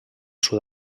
sud